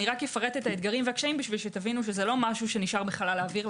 אפרט את האתגרים והקשיים כדי שתבינו שזה לא משהו שנשאר בחלל האוויר.